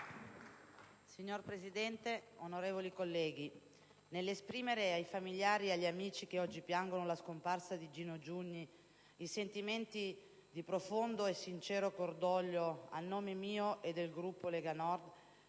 Signor Presidente, onorevoli colleghi, nell'esprimere ai familiari e agli amici che oggi piangono la scomparsa di Gino Giugni i sentimenti di profondo e sincero cordoglio a nome mio e del Gruppo Lega Nord,